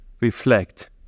reflect